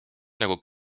nagu